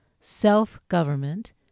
self-government